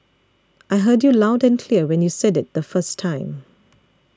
I heard you loud and clear when you said it the first time